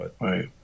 Right